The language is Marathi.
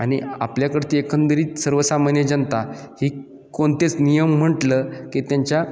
आणि आपल्याकडची एकंदरीत सर्वसामान्य जनता ही कोणतेच नियम म्हटलं की त्यांच्या